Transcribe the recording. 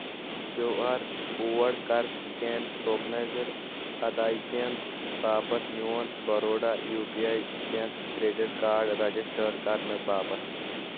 Q R code کَر scan tokenised ادٲیگین باپتھ میون Baroda U P I bank credit card registered کرنہٕ باپتھ